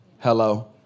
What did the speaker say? Hello